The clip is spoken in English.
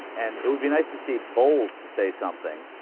and it would be nice to see bowls say something